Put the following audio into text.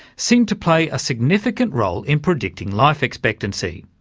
seem to play a significant role in predicting life expectancy.